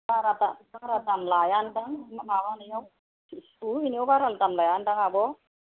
बारा दाम बारा दाम लायाखोमा माबानायाव सुहोहैनायाव बारा दाम लायाखोमा आब'